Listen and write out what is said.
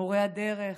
מורי הדרך,